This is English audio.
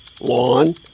lawn